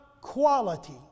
quality